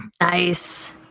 Nice